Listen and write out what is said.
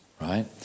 right